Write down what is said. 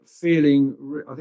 feeling